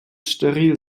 steril